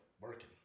working